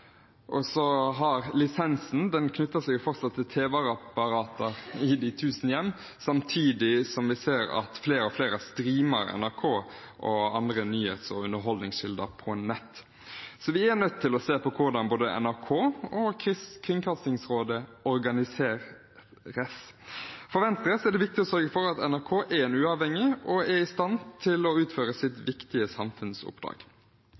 og at lisensen fortsatt knytter seg til tv-apparater i de tusen hjem, samtidig som vi ser at flere og flere streamer NRK og andre nyhets- og underholdningskilder på nett. Så vi er nødt til å se på hvordan både NRK og Kringkastingsrådet organiseres. For Venstre er det viktig å sørge for at NRK er uavhengig og i stand til å utføre sitt